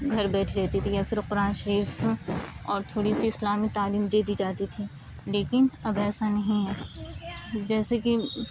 گھر بیٹھی رہتی تھی یا پھر قرآن شریف اور تھوڑی سی اسلامی تعلیم دے دی جاتی تھی لیکن اب ایسا نہیں ہے جیسے کہ